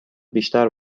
بیشتر